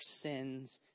sins